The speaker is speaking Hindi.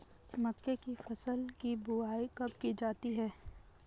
मक्के की फसल की बुआई कब की जाती है?